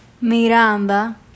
Miranda